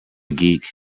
geek